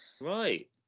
Right